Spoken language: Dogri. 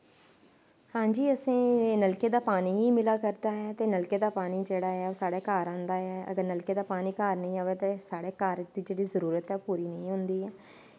हां जी असें नलके दा पानी बी मिला करदा ऐ ते नलके दा पानी ऐ जेह्ड़ा ओह् साढ़ै घर आंदा ऐ अगर नलके दा पानी घर नेंई अवै ते साढ़ै घर जेह्ड़ी जरूरत ऐ ओह् पूरी नेंई होंदी